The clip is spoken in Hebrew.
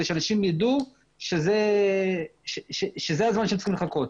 כד שאנשים ידעו שזה הזמן שהם צריכים לחכות.